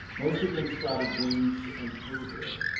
most of them sprouted wings and flew here.